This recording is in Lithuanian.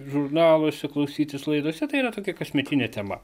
žurnaluose klausytis laidose tai yra tokia kasmetinė tema